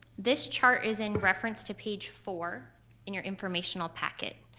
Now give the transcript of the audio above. this chart is in reference to page four in your informational packet.